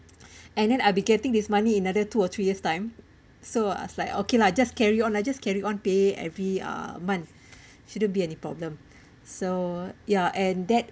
and then I'll be getting this money another two or three years time so I was like okay lah just carry on I just carry on pay every uh month shouldn't be any problem so ya and that